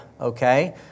Okay